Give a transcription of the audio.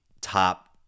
top